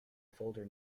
folder